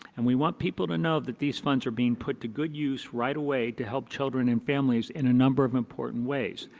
and we want people to know that these funds are being put to good use right away to help children in families in a number of important ways.